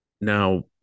now